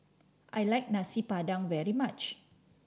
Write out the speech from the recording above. I like Nasi Padang very much